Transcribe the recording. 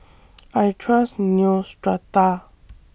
I Trust Neostrata